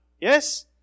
Yes